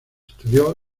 estudió